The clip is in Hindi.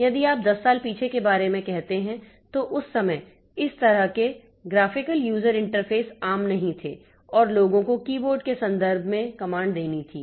यदि आप 10 साल पीछे के बारे में कहते हैं तो उस समय इस तरह के ग्राफिकल यूजर इंटरफेस आम नहीं थे और लोगों को कीबोर्ड के संदर्भ में टिप्पणी देनी थी